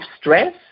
stress